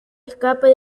escape